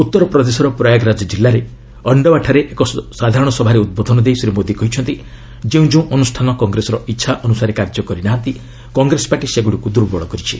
ଉତ୍ତରପ୍ରଦେଶର ପ୍ରୟାଗରାଜ ଜିଲ୍ଲାରେ ଅଣ୍ଡୱାଠାରେ ଏକ ସାଧାରଣସଭାରେ ଉଦ୍ବୋଧନ ଦେଇ ଶ୍ରୀ ମୋଦି କହିଛନ୍ତି ଯେଉଁ ଯେଉଁ ଅନୁଷାନ କଂଗ୍ରେସର ଇଚ୍ଛା ଅନୁସାରେ କାର୍ଯ୍ୟ କରିନାହାନ୍ତି କଂଗ୍ରେସ ପାର୍ଟି ସେଗୁଡ଼ିକୁ ଦୁର୍ବଳ କରିଛି